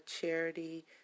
charity